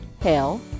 hail